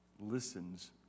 listens